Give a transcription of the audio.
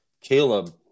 Caleb